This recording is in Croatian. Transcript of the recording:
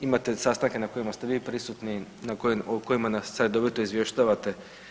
Imate sastanke na kojima ste vi prisutni, o kojima nas redovito izvještavate.